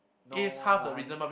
no money